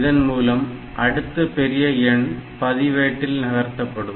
இதன் மூலம் அடுத்த பெரிய எண் பதிவேட்டில் நகர்த்தப்படும்